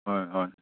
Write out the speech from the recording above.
ꯍꯣꯏ ꯍꯣꯏ